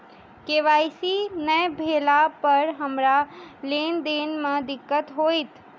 KYC नै भेला पर हमरा लेन देन मे दिक्कत होइत?